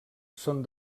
són